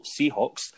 Seahawks